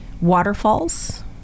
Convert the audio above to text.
waterfalls